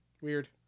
Weird